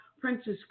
Princess